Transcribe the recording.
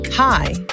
Hi